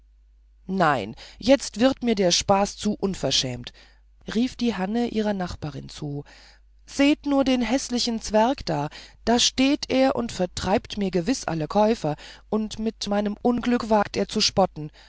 nein jetzt wird mir der spaß zu unverschämt rief hanne ihrer nachbarin zu seht nur den häßlichen zwerg da da steht er und vertreibt mir gewiß alle käufer und mit meinem unglück wagt er zu spotten